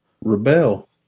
Rebel